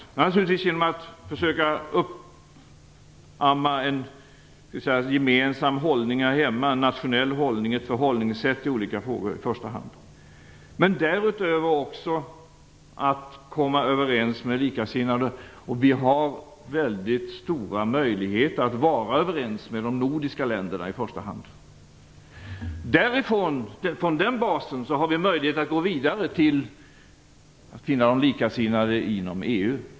Jo, naturligtvis genom att försöka uppamma en gemensam hållning här hemma, en nationell hållning, i första hand ett förhållningssätt till olika frågor. Men därutöver gör vi det genom att komma överens med likasinnade. Vi har stora möjligheter att vara överens med i första hand de nordiska länderna. Från den basen har vi möjlighet att gå vidare till att finna likasinnade inom EU.